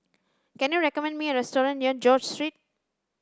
can you recommend me a restaurant near George Street